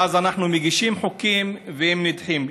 ואז אנחנו מגישים חוקים והם נדחים.